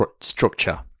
structure